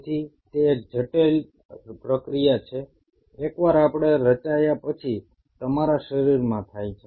તેથી તે એક જટિલ પ્રક્રિયા છે એકવાર આપણે રચાયા પછી તમારા શરીરમાં થાય છે